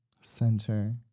Center